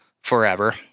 forever